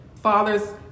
fathers